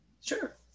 Sure